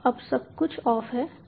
तो अब सब कुछ ऑफ है